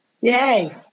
yay